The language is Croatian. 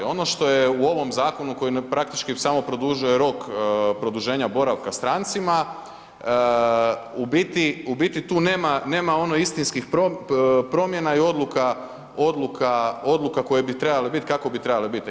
Ono što je u ovom zakonu koji praktički samo produžuje rok produženja boravka strancima, u biti tu nema, nema ono istinskih promjena i odluka koje bi trebale biti, kako bi trebale biti.